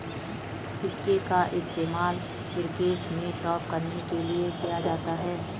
सिक्के का इस्तेमाल क्रिकेट में टॉस करने के लिए किया जाता हैं